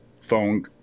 phone